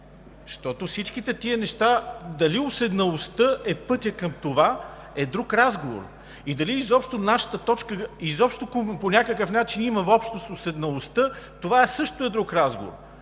всичките тези неща – дали уседналостта е пътят към това, е друг разговор. И дали изобщо нашата точка има общо с уседналостта – това също е друг разговор.